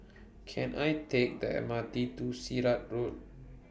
Can I Take The M R T to Sirat Road